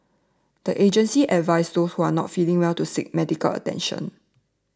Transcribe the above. the agency advised those who are not feeling well to seek medical attention